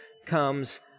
comes